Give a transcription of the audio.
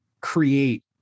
create